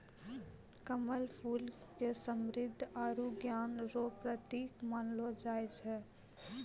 कमल फूल के समृद्धि आरु ज्ञान रो प्रतिक मानलो जाय छै